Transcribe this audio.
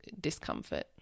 discomfort